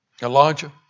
Elijah